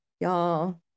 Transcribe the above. y'all